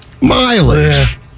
mileage